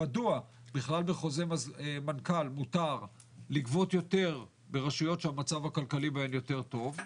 מדוע בכלל בחוזר מנכ"ל מותר לגבות יותר ברשויות שמצבן הכלכלי יותר טוב?